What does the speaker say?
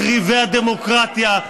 מחריבי הדמוקרטיה.